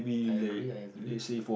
I agree I agree